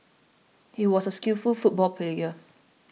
he was a skillful football player